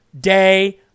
day